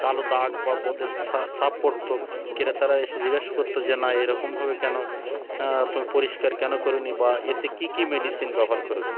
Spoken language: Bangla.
কালো দাগ বা বোদের ছাপ পড়তো ক্রেতারা এসে জিজ্ঞাসা করতো যে না এরকমভাবে কেন তুমি পরিষ্কার কেন করোনি বা এতে কী কী মেডিসিন ব্যবহার করেছো